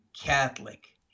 Catholic